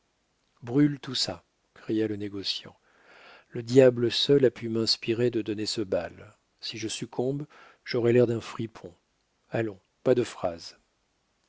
tout ça cria le négociant le diable seul a pu m'inspirer de donner ce bal si je succombe j'aurai l'air d'un fripon allons pas de phrases